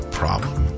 problem